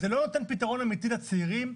זה לא ייתן פתרון אמיתי לצעירים,